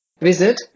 Visit